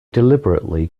deliberately